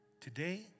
today